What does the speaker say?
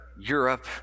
Europe